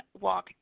walk